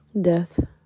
death